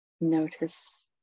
Notice